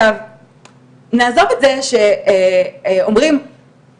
נעזוב את זה שאומרים,